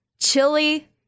Chili